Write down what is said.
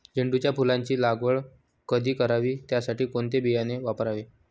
झेंडूच्या फुलांची लागवड कधी करावी? त्यासाठी कोणते बियाणे वापरावे?